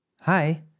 Hi